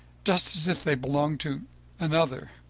just as if they belonged to another.